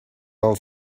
all